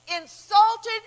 insulted